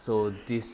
so this